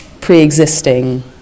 pre-existing